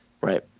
Right